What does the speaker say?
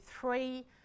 three